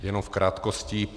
Jenom v krátkosti.